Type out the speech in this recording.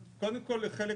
קודם כל, לחלק